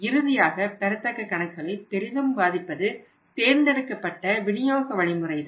இறுதியாக பெறத்தக்க கணக்குகளை பெரிதும் பாதிப்பது தேர்ந்தெடுக்கப்பட்ட விநியோக வழிமுறை தான்